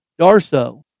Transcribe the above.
Darso